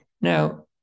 Now